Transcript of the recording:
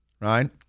right